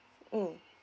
mm